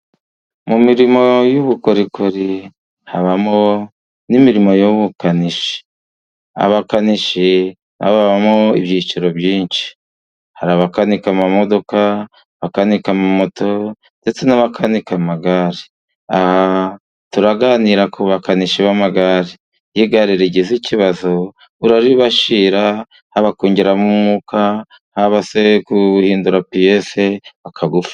Mu mirimo y'ubukorikori habamo n'imirimo y'ubukanishi, abakanishi na bo babamo ibyiciro byinshi, hari abakanika amamodoka, abakanika moto ndetse n'abakanika amagare, turaganira ku bakanishi b'amagare. Iyo igare rigize ikibazo, uraribashyira, haba kongeramo umwuka, haba guhindura piyese, bakagufi.